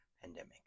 pandemic